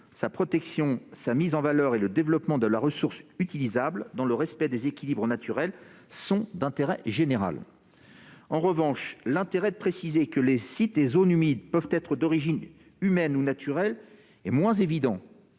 Sa protection, sa mise en valeur et le développement de la ressource utilisable, dans le respect des équilibres naturels, sont d'intérêt général. » En revanche, l'intérêt de préciser que les sites et zones humides peuvent être d'origine humaine ou naturelle est moins évident